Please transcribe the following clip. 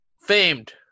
Famed